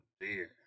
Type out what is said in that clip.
dear